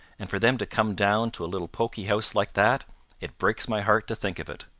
and for them to come down to a little poky house like that it breaks my heart to think of it.